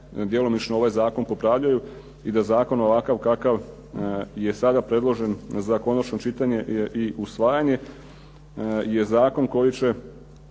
djelomično ovaj zakon popravljaju i da zakon ovakav kakav je sada predložen za konačno čitanje i usvajanje je zakon koji će